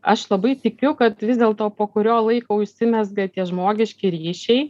aš labai tikiu kad vis dėlto po kurio laiko užsimezga tie žmogiški ryšiai